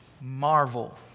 marvel